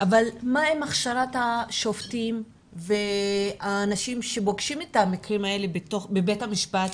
אבל מה עם הכשרת השופטים והאנשים שפוגשים את המקרים האלה בבית המשפט,